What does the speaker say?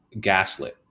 gaslit